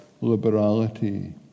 liberality